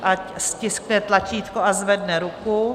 Ať stiskne tlačítko a zvedne ruku.